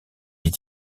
est